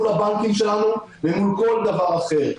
מול הבנקים שלנו ומול כל דבר אחר.